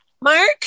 Mark